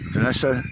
Vanessa